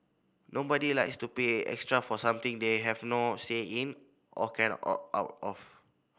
nobody likes to pay extra for something they have no say in or cannot opt out of